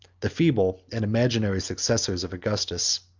the feeble and imaginary successors of augustus.